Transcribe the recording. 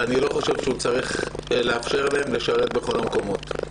אני לא חושב שהוא צריך לאפשר להן לשרת בכל המקומות.